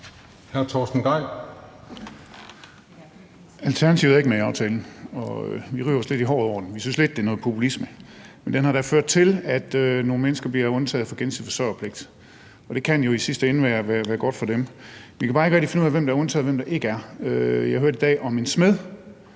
Torsten Gejl (ALT): Alternativet er ikke med i aftalen, og vi river os lidt i håret over den, for vi synes lidt, det er noget populisme. Men den har da ført til, at nogle mennesker bliver undtaget fra gensidig forsørgerpligt, og det kan jo i sidste ende være godt for dem. Vi kan bare ikke rigtig finde ud af, hvem der er undtaget, og hvem der ikke er. Jeg hørte i dag om en smed,